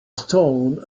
stone